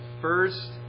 first